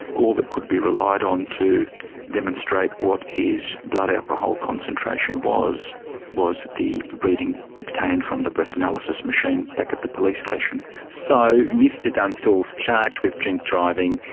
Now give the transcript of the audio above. all that could be relied on to demonstrate what his blood alcohol concentration was was the reading obtained from the breath analysis machine back at the police station. so mr dunstall is charged with drink driving.